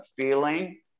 feeling